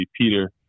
Peter